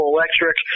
Electric